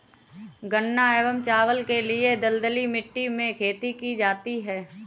गन्ना एवं चावल के लिए दलदली मिट्टी में खेती की जाती है